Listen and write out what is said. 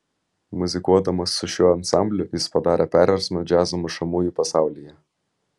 muzikuodamas su šiuo ansambliu jis padarė perversmą džiazo mušamųjų pasaulyje